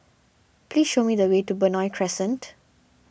please show me the way to Benoi Crescent